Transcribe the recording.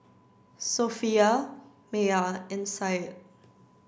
Sofea Maya and Syed